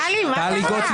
טלי, מה קרה?